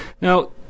Now